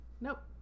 Nope